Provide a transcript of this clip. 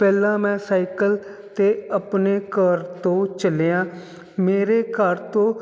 ਪਹਿਲਾਂ ਮੈਂ ਸਾਈਕਲ 'ਤੇ ਆਪਣੇ ਘਰ ਤੋਂ ਚੱਲਿਆ ਮੇਰੇ ਘਰ ਤੋਂ